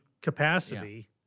capacity